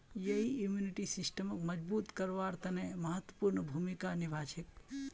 यई इम्यूनिटी सिस्टमक मजबूत करवार तने महत्वपूर्ण भूमिका निभा छेक